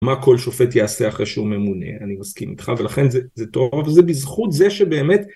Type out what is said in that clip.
מה כל שופט יעשה אחרי שהוא ממונה, אני מסכים איתך, ולכן זה טוב, אבל זה בזכות זה שבאמת...